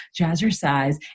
Jazzercise